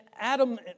Adam